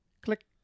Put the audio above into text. Click